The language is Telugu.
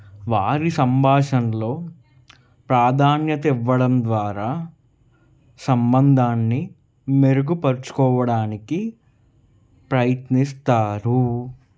వారి సంభాషణలో ప్రాధాన్యయత ఇవ్వడం ద్వారా సంబంధాన్ని మెరుగు పరుచుకోవడానికి ప్రయత్నిస్తారు